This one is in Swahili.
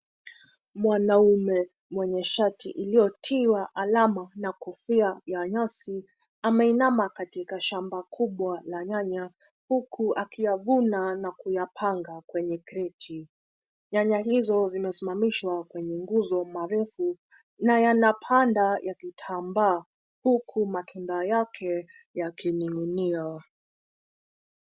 Mwanaume mwenye shati iliyotiwa alama na kofia ya nyasi ameinama katika shamba kubwa la nyanya huku akiyavuna na kuyapanga kwenye kreti. Nyanya hizo zimesimamishwa kwenye nguzo marefu na yanapanda ya kitambaa huku matunda yake yakining'inia.